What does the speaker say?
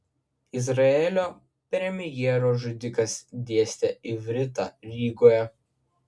izraelio premjero žudikas dėstė ivritą rygoje